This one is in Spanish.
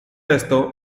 esto